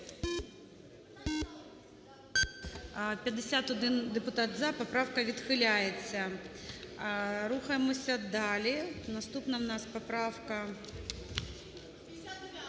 51 депутат "за", поправка відхиляється. Рухаємося далі. Наступна у нас поправка…